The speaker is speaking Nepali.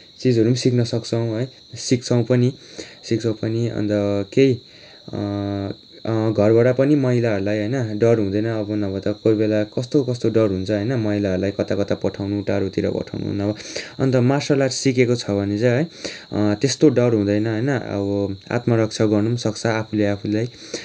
चिजहरू पनि सिक्न सक्छौँ है सिक्छौँ पनि सिक्छौँ पनि अन्त केही घरबाट पनि महिलाहरूलाई होइन डर हुँदैन अब नभए त कोहीबेला कस्तो कस्तो डर हुन्छ होइन महिलाहरूलाई कता कता पठाउनु टाढोतिर पठाउनु नभए अन्त मार्सल आर्टस सिकेको छ भने चाहिँ है त्यस्तो डर हुँदैन होइन अब आत्मरक्षा गर्न पनि सक्छ आफूले आफूलाई